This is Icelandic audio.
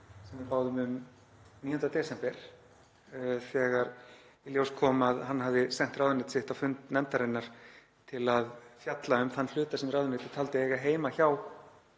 sem við báðum um 9. desember, þegar í ljós kom að hann hafði sent ráðuneyti sitt á fund nefndarinnar til að fjalla um þann hluta sem ráðuneytið taldi eiga heima hjá